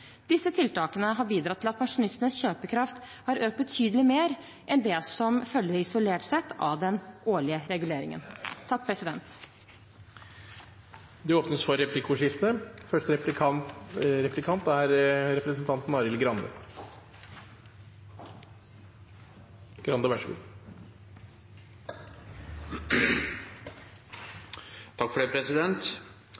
Disse tiltakene har bidratt til at pensjonistenes kjøpekraft har økt betydelig mer enn det som følger isolert sett av den årlige reguleringen. Det blir replikkordskifte. Debatten om regulering er slett ikke ny. I forbindelse med trygdeoppgjøret for